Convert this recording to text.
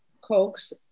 Cokes